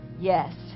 Yes